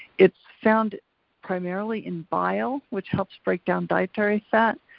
it's found primarily in bile which helps break down dietary fat.